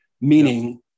meaning